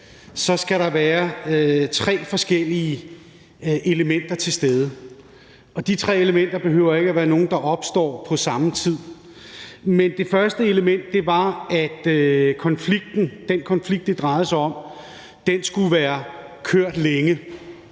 skal der være tre forskellige elementer til stede, og at de tre elementer ikke behøver at være nogen, der opstår på samme tid. Det første element var, at konflikten, den konflikt, det drejede sig om, skulle have kørt længe,